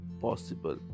possible